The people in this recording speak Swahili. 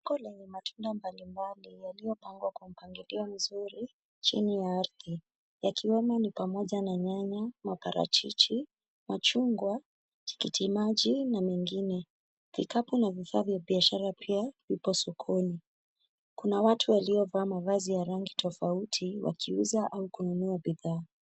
Soko lenye matunda mbali mbali yaliyopangwa kwa mpangilio mzuri chini ya ardhi. Yakiwemo ni pamja na nyanya, maparachichi, machungwa, tikitimaji na mengine. Vikapu na vifaa vya biashara pia viko sokoni. Kuna watu waliovaa mavazi ya rangi tofauti wakiuza au kununua bidhaa.